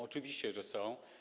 Oczywiście, że są.